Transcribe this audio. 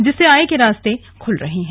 जिससे आय के रास्ते खुल रहे हैं